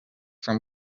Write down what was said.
from